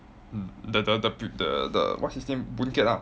the the the prev~ the the what's his name boon kiat ah